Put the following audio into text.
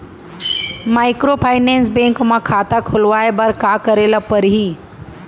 Microfinance bank म खाता खोलवाय बर का करे ल परही?